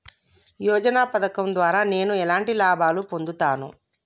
యోజన పథకం ద్వారా నేను ఎలాంటి లాభాలు పొందుతాను?